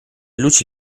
luci